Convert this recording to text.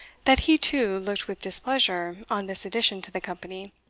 that he too looked with displeasure on this addition to the company.